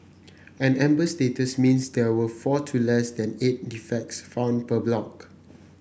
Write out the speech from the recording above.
an amber status means there were four to less than eight defects found per block